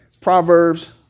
Proverbs